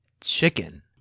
chicken